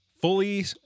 fully